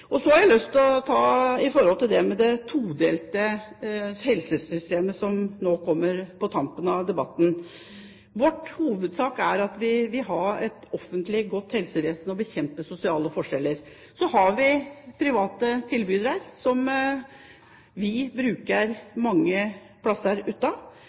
Og så har jeg lyst til å ta opp det med det todelte helsesystemet, som kommer nå på tampen av debatten. Vår hovedsak er at vi vil ha et offentlig, godt helsevesen og bekjempe sosiale forskjeller. Så har vi private tilbydere, som vi bruker